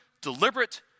deliberate